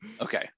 Okay